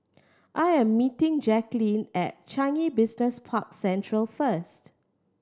I am meeting Jacquelin at Changi Business Park Central first